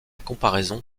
comparaison